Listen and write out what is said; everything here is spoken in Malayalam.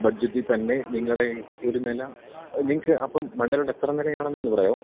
ബഡ്ജറ്റില്ത്തന്നെ നിങ്ങളുടെ ഒരു നില നിങ്ങള്ക്ക് അപ്പോള് മണ്ടേലോട്ടെത്ര നിലയാണെന്നൊന്നു പറയാമോ